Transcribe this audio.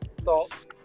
thoughts